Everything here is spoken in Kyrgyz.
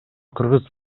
кыргыз